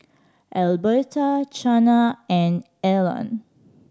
Alberta Chana and Elon